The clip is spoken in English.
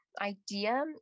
idea